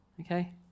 Okay